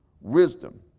wisdom